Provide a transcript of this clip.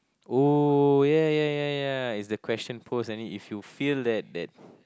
oh ya ya ya ya it's the question posed and then if you feel that that